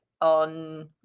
on